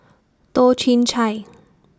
Toh Chin Chye